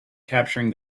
capturing